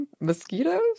mosquitoes